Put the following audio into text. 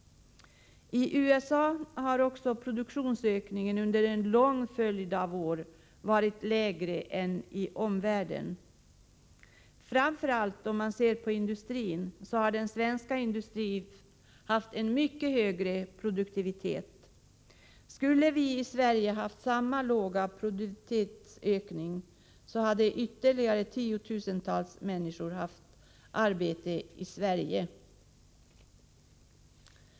I USA har också produktivitetsökningen under en lång följd av år varit lägre än i omvärlden. Framför allt har den svenska industrin haft en högre produktivitet. Skulle vi i Sverige ha samma låga produktivitetsutveckling så hade ytterligare tiotusentals fler människor haft arbete i Sverige.